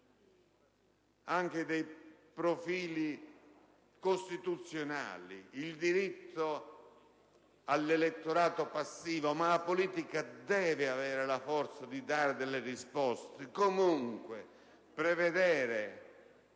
anche su profili costituzionali - penso al diritto all'elettorato passivo - ma la politica deve avere la forza di dare delle risposte, specie